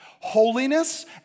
holiness